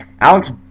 Alex